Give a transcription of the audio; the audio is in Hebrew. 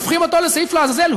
הופכים אותו לשעיר לעזאזל,